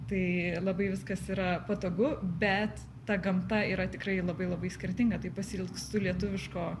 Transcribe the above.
tai labai viskas yra patogu bet ta gamta yra tikrai labai labai skirtinga tai pasiilgstu lietuviško